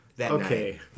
Okay